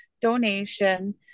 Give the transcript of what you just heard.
donation